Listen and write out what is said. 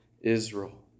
Israel